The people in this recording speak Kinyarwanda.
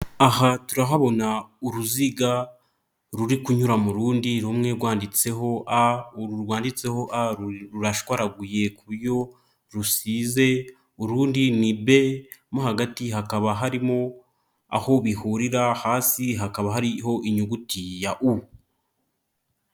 Aha turahabona uruziga ruri kunyura mu rundi, rumwe rwanditseho a uru rwanditseho rurashwaraguye ku buryo rusize, urundi ni be mo hagati hakaba harimo aho bihurira, hasi hakaba hariho inyuguti ya u.